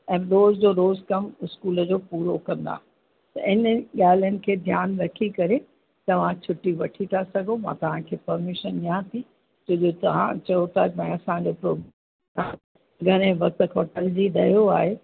ऐं रोज़ जो रोज़ कम स्कूल जो पूरो कंदा इन ॻाल्हियुनि खे ध्यानु रखी करे तव्हां छुट्टी वठी था सघो मां तव्हांखे परमिशन ॾियां थी छो नो तव्हां चओ था भई असांजो प्रोग्राम घणे वक्त खां टलजी रहियो आहे